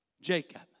Jacob